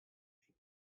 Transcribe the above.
weaker